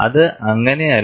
അത് അങ്ങനെയല്ല